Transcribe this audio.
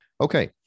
Okay